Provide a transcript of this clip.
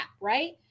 Right